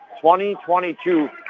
2022